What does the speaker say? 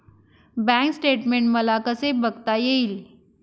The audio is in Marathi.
बँक स्टेटमेन्ट मला कसे बघता येईल?